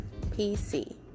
PC